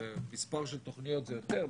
במספר של תוכניות זה יותר,